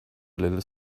little